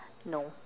no